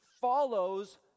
follows